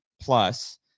plus